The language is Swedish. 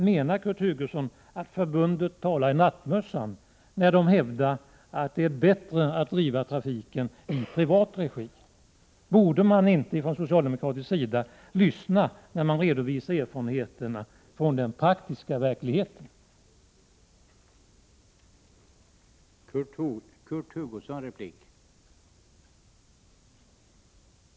Menar Kurt Hugosson att förbundet talar i nattmössan, när man hävdar att det är bättre att driva trafiken i privat regi? Borde man inte från socialdemokratisk sida lyssna när erfarenheter från den praktiska verkligheten redovisas?